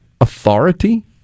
authority